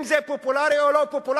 אם זה פופולרי או לא פופולרי,